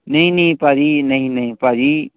ਨਹੀਂ ਨਹੀਂ ਭਾਅ ਜੀ ਨਹੀਂ ਨਹੀਂ ਭਾਅ ਜੀ